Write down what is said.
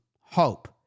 hope